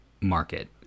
market